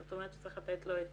זאת אומרת שצריך לתת לו את